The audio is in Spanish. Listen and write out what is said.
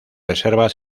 reservas